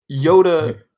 Yoda